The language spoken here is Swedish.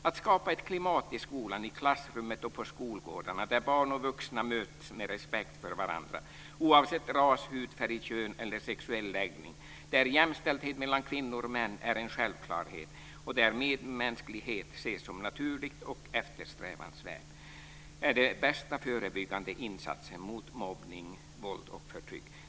Att skapa ett klimat i skolan, i klassrummet och på skolgårdarna där barn och vuxna möts med respekt för varandra oavsett ras, hudfärg, kön eller sexuell läggning, där jämställdhet mellan kvinnor och män är en självklarhet och där medmänsklighet ses som naturligt och eftersträvansvärt är den bästa förebyggande insatsen mot mobbning, våld och förtryck.